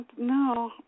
no